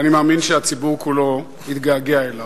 ואני מאמין שהציבור כולו יתגעגע אליו.